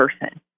person